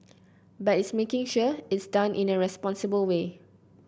but it's making sure it's done in a responsible way